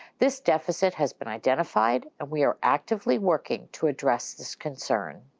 this deficit has been identified and we are actively working to address this concern.